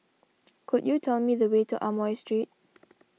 could you tell me the way to Amoy Street